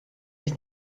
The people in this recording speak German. sich